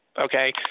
okay